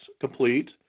complete